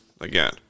again